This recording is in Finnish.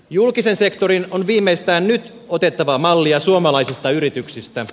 julkisen sektorin on viimeistään nyt otettava mallia suomalaisista yrityksistä